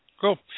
Cool